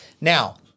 Now